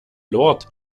lord